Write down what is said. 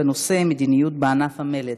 בנושא: מדיניות בענף המלט.